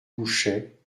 bouchet